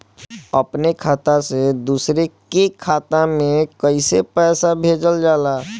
अपने खाता से दूसरे के खाता में कईसे पैसा भेजल जाला?